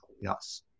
yes